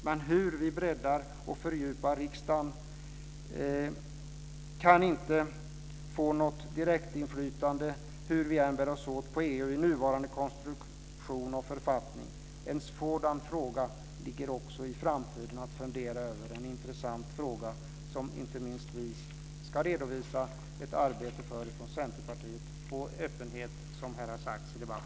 Men hur vi än breddar och fördjupar riksdagen kan vi inte få något direktinflytande på EU, hur vi än bär oss åt, med nuvarande konstruktion och författning. En sådan fråga ligger också i framtiden att fundera över. Det är en intressant fråga, och inte minst vi i Centerpartiet ska redovisa ett arbete om öppenhet, som här har sagts i debatten.